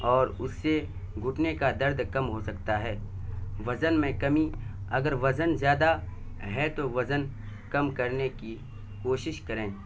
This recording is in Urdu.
اور اس سے گھٹنے کا درد کم ہو سکتا ہے وزن میں کمی اگر وزن زیادہ ہے تو وزن کم کرنے کی کوشش کریں